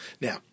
Now